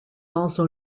also